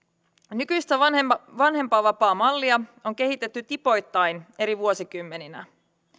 nykyistä vanhempainvapaamallia on kehitetty tipoittain eri vuosikymmeninä